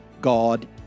God